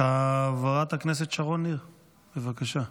חברת הכנסת שרון ניר, בבקשה.